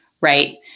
right